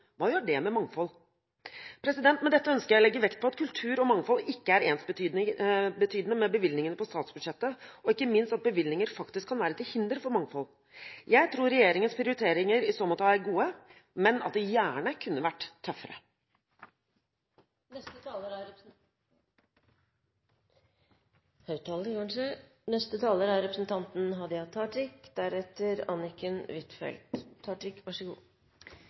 Hva gjør det med mangfold? Med dette ønsker jeg å legge vekt på at kultur og mangfold ikke er ensbetydende med bevilgningene på statsbudsjettet, og ikke minst at bevilgninger faktisk kan være til hinder for mangfold. Jeg tror regjeringens prioriteringer i så måte er gode, men at de gjerne kunne vært tøffere. Det må berre vera innanfor kulturfeltet at ein statsråd kan gå opp på talarstolen og seia at budsjettet mitt ikkje er så viktig. Det er